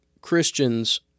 Christians